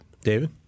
David